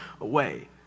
away